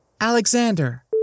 Alexander